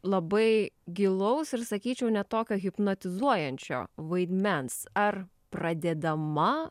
labai gilaus ir sakyčiau net tokio hipnotizuojančio vaidmens ar pradėdama